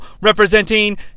representing